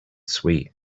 sweet